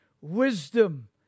wisdom